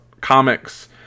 comics